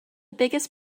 biggest